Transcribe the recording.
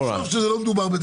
שאמרת,